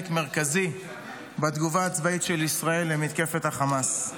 מרכזי בתגובה הצבאית של ישראל למתקפת החמאס.